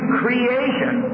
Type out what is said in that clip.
creation